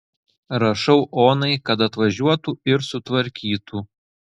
rašau onai kad atvažiuotų ir sutvarkytų